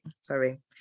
sorry